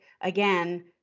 again